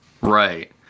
Right